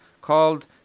called